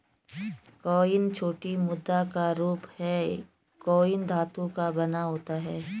coin छोटी मुद्रा का रूप है कॉइन धातु का बना होता है